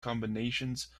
combinations